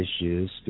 issues